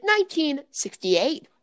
1968